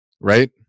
Right